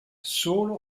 solo